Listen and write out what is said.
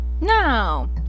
No